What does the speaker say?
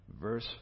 Verse